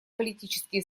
политические